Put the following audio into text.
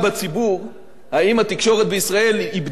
האם התקשורת בישראל איבדה את הביקורתיות שלה,